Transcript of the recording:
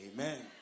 Amen